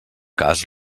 cas